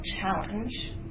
challenge